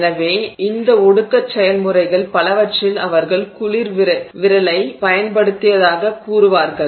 எனவே இந்த ஒடுக்கச் செயல்முறைகள் பலவற்றில் அவர்கள் குளிர் விரலைப் பயன்படுத்தியதாகக் கூறுவார்கள்